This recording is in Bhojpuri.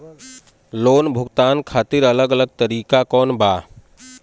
लोन भुगतान खातिर अलग अलग तरीका कौन बा?